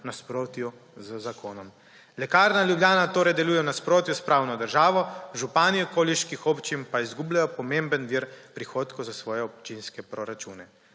nasprotju z zakonom. Lekarna Ljubljana torej deluje v nasprotju s pravno državo, župani okoliških občin pa izgubljajo pomemben vir prihodkov za svoje občinske proračune.